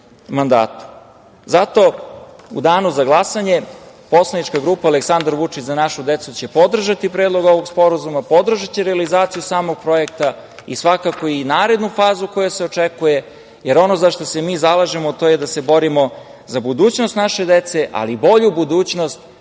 u danu za glasanje poslanička grupa Aleksandar Vučić – Za našu decu, će podržati Predlog ovog Sporazuma, podržaće realizaciju samog projekta, i svakako i narednu fazu koja se očekuje, jer ono za šta se mi zalažemo, to je da se borimo za budućnost naše dece, ali bolju budućnost